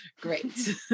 great